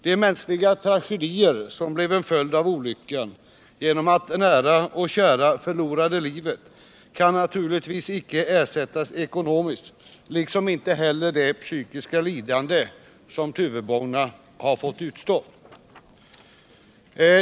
De mänskliga tragedier som blev en följd av olyckan genom att nära och kära förlorade livet kan naturligtvis icke ersättas ekonomiskt, inte heller det psykiska lidande som tuveborna har fått utstå.